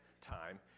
time